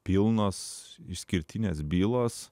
pilnos išskirtinės bylos